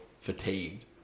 fatigued